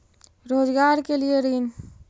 रोजगार के लिए ऋण?